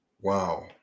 Wow